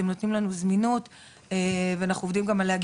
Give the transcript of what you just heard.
הם נותנים לנו זמינות ואנחנו עובדים גם להגיע